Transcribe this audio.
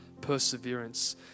perseverance